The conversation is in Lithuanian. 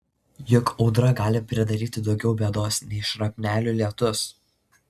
juk audra gali pridaryti daugiau bėdos nei šrapnelių lietus